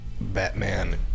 Batman